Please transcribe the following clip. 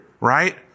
right